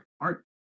Art